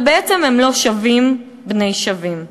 אבל בעצם הם לא שווים בני שווים.